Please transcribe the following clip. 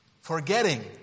Forgetting